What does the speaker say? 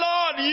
Lord